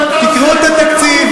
בקיצור,